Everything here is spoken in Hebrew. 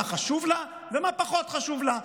מה חשוב לה ומה פחות חשוב לה.